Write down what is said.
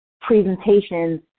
presentations